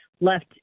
left